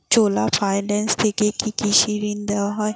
চোলা finance থেকে কি কৃষি ঋণ দেওয়া হয়?